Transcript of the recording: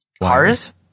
cars